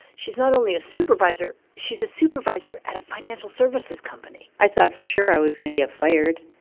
she's not only a supervisor, she's a supervisor at a financial services company i thought for sure i was going to get fired.